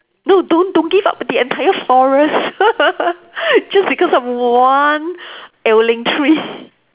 no don't don't give up the entire forest just because of one ailing tree